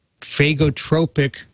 phagotropic